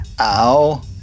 Ow